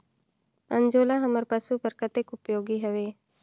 अंजोला हमर पशु बर कतेक उपयोगी हवे?